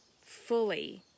fully